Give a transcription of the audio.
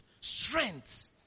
Strength